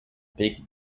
pick